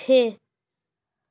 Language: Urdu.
چھ